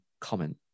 comment